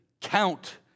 count